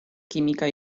química